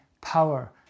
power